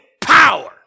power